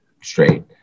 straight